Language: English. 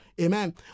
amen